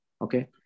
okay